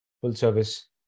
full-service